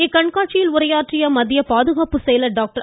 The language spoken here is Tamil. இக்கண்காட்சியில் உரையாற்றிய மத்திய பாதுகாப்பு செயலர் டாக்டர்